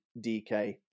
DK